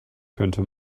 könnte